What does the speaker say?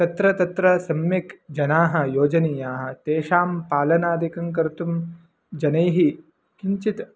तत्र तत्र सम्यक् जनाः योजनीयाः तेषां पालनादिकं कर्तुं जनैः किञ्चित्